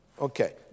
Okay